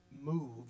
move